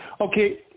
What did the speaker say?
Okay